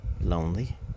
lonely